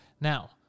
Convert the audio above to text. Now